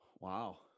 Wow